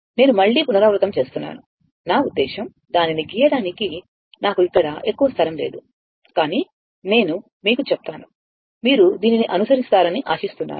నేను మళ్ళీ పునరావృతం చేస్తున్నాను నా ఉద్దేశ్యం దానిని గీయడానికి నాకు ఇక్కడ ఎక్కువ స్థలం లేదు కానీ నేను మీకు చెప్తాను మీరు దీనిని అనుసరిస్తారని ఆశిస్తున్నాను